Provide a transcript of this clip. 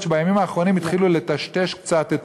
שבימים האחרונים התחילו לטשטש קצת את